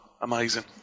amazing